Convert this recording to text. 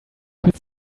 could